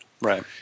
Right